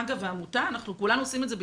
אגב, בעמותה כולנו עושים את זה בהתנדבות.